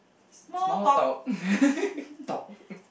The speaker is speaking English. small talk talk